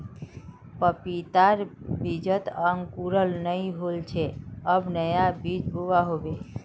पपीतार बीजत अंकुरण नइ होल छे अब नया बीज बोवा होबे